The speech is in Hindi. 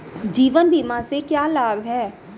जीवन बीमा से क्या लाभ हैं?